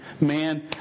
man